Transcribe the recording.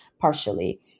partially